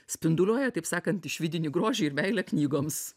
spinduliuoja taip sakant iš vidinį grožį ir meilę knygoms